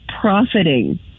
profiting